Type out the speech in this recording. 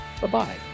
Bye-bye